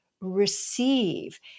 receive